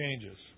changes